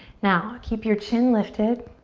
now keep your chin lifted.